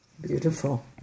Beautiful